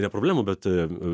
ne problemų bet